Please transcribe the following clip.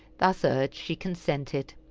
thus urged, she consented.